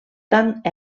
tant